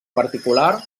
particular